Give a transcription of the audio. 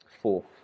fourth